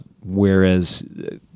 Whereas